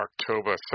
October